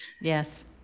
Yes